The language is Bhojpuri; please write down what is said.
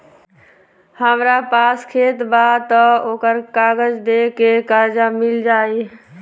हमरा पास खेत बा त ओकर कागज दे के कर्जा मिल जाई?